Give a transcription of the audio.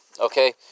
Okay